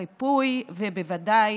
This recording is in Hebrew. הריפוי, ובוודאי